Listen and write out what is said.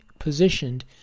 positioned